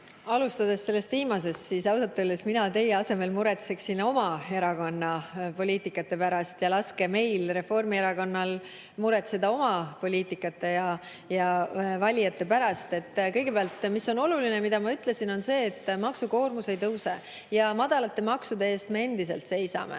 Alustades sellest viimasest, siis ausalt öeldes mina teie asemel muretseksin oma erakonna poliitikate pärast ja laske meil, Reformierakonnal, muretseda oma poliitikate ja valijate pärast. Kõigepealt, mis on oluline, mida ma ütlesin, on see, et maksukoormus ei tõuse ja madalate maksude eest me endiselt seisame.